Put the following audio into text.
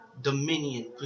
Dominion